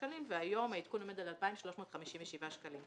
שקלים והיום העדכון עומד על 2,357 שקלים.